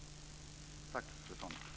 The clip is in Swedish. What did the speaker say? Tack, fru talman!